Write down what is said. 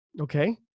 Okay